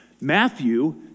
Matthew